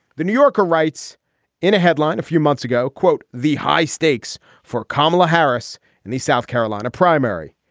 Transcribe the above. the new yorker writes in a headline a few months ago, quote, the high stakes for kamala harris and the south carolina primary.